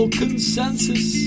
consensus